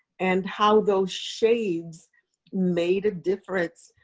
and how those shades made a difference,